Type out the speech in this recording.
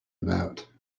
about